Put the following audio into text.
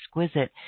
exquisite